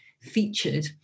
featured